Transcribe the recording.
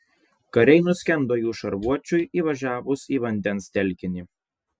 kariai nuskendo jų šarvuočiui įvažiavus į vandens telkinį